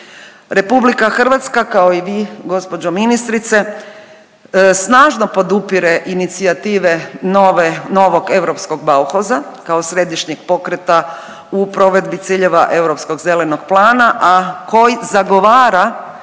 Republika Hrvatska kao i vi gospođo ministrice snažno podupire inicijative novog europskog bauhosa kao središnjeg pokreta u provedbi ciljeva europskog zelenog plana a koji zagovara